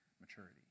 maturity